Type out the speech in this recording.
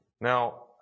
Now